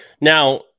now